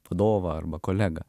vadovą arba kolegą